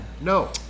No